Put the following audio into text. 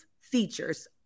features